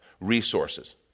resources